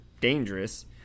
dangerous